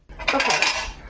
Okay